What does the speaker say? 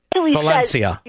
Valencia